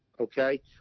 Okay